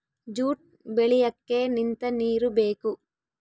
jute ಬೆಳಿಯಕ್ಕೆ ನಿಂತ ನೀರು ಬೇಕು